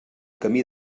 camí